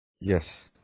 Yes